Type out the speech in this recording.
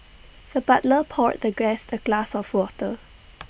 the butler poured the guest A glass of water